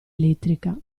elettrica